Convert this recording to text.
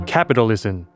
Capitalism